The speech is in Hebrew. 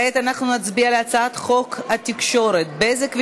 כעת אנחנו נצביע על הצעת חוק התקשורת (בזק ושידורים)